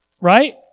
Right